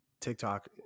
TikTok